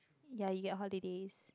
ya you get holidays